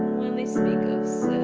when they speak of